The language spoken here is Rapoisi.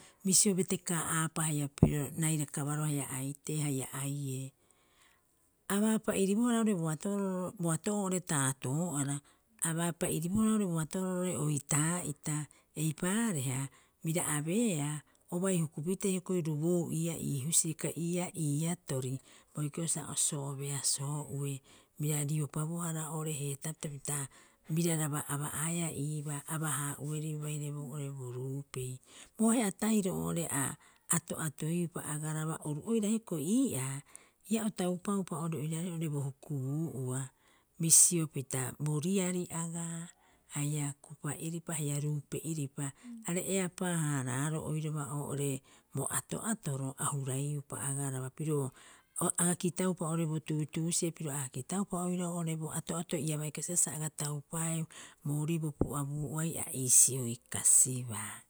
Bisio betekaa'aapa haia pirio rairakabaroo haia aitee haia aiiee, a baapa'iribohara boato'oo taatoo'ara, a baapa'iribohara boato'oro oitaa'ita eipaareha bira abeea obai hukupitee hioko'i ruboou ii'aa ii husiri kai ii'aa ii atori, boikiro sa o sobeasoo ue bira riopabohara oo'ore heetaapita pita biraraba aba'aea iibaa abahaa'uerii baire boo'ore bo ruupei. Bo ahe'a tahiro oo'ore a ato'atoiupa agaraba, oru oira hioko'i ii'aa ia o taupaupa oo'ore oiraarei bo hukubuu ua, bisio pita bo riari agaa haia kupa'iripa haia ruupe'iripa are eapaa- hararaaroo oiraba oo'ore bo ato'atoro a huraiupa agaraba piro aga- aga kitaupa oo'ore bo tuutuusi'e piro aga kitaupa oirau oo'ore bo ato'ato ia baikasiba sa aga taupaeu boorii bo pu'abuu'uai a iisioi kasibaa